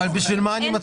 אז בשביל מה אני מחוקק?